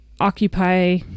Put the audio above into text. occupy